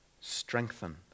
strengthen